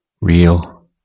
real